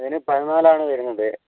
അതിന് പതിനാലാണ് വരുന്നത്